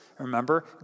Remember